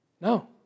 No